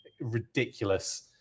Ridiculous